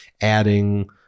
adding